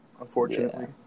unfortunately